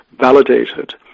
validated